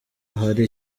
ahari